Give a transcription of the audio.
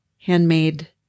handmade